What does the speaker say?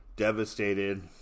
devastated